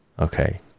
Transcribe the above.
Okay